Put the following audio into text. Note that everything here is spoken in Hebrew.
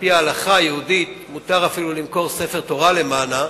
שעל-פי ההלכה היהודית מותר אפילו למכור ספר תורה למענה.